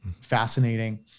fascinating